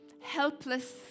helpless